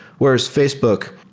whereas facebook,